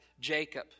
Jacob